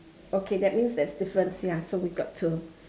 okay that means there's difference ya so we've got to